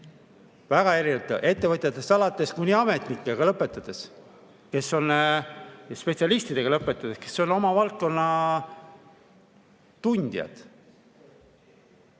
väga erinevate, ettevõtjatest alates ja ametnikega lõpetades, spetsialistidega lõpetades, kes on oma valdkonna tundjad.